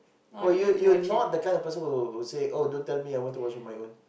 oh you you not the kind of person who who say oh don't tell me I want to watch on my own